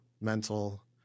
mental